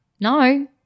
no